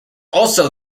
also